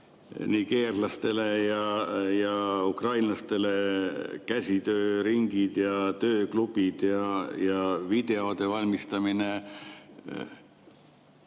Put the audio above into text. nigeerlastele ja ukrainlastele käsitööringid ja tööklubid ja videote valmistamine